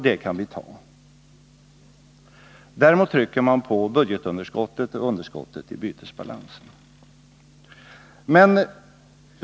Däremot trycker man på budgetunderskottet och underskottet i bytesbalansen.